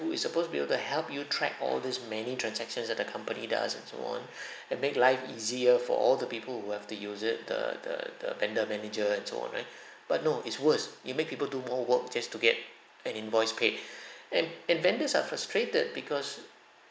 is supposed to be able to help you track all these many transactions that accompany does and so on and make life easier for all the people who have to use it the the the vendor manager and so on right but no it's worse you make people do more work just to get an invoice paid and and vendors are frustrated because uh